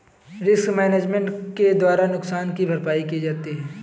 risk management के द्वारा नुकसान की भरपाई की जाती है